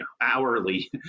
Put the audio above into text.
hourly